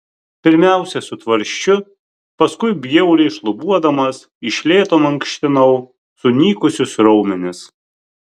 pirmiausia su tvarsčiu paskui bjauriai šlubuodamas iš lėto mankštinau sunykusius raumenis